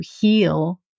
heal